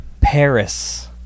Paris